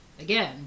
again